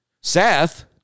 Seth